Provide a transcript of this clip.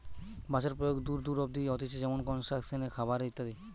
বাঁশের প্রয়োগ দূর দূর অব্দি হতিছে যেমনি কনস্ট্রাকশন এ, খাবার এ ইত্যাদি